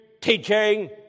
teaching